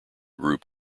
group